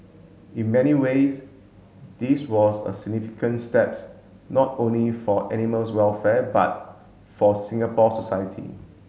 in many ways this was a significant steps not only for animals welfare but for Singapore society